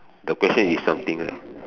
the question is something right